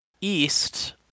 east